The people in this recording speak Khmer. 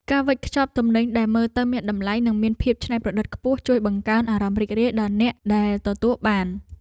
ការវេចខ្ចប់ទំនិញដែលមើលទៅមានតម្លៃនិងមានភាពច្នៃប្រឌិតខ្ពស់ ជួយបង្កើនអារម្មណ៍រីករាយដល់អ្នកដែលទទួលបាន។